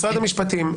משרד המשפטים,